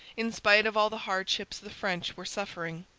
in spite of all the hardships the french were suffering.